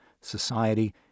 society